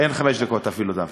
אין חמש דקות אפילו, דוד.